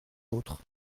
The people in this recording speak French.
autre